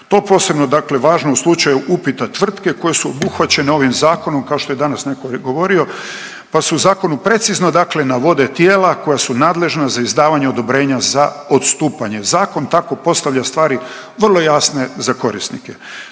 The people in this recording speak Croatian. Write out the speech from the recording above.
je posebno dakle važno u slučaju upita tvrtke koje su obuhvaćene ovim zakonom, kao što je danas neko govorio, pa se u zakonu precizno dakle navode tijela koja su nadležna za izdavanje odobrenja za odstupanje. Zakon tako postavlja stvari vrlo jasne za korisnike.